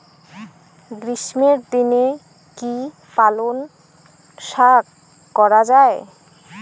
গ্রীষ্মের দিনে কি পালন শাখ করা য়ায়?